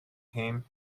came